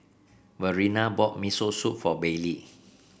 Verena bought Miso Soup for Baylie